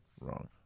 Wrong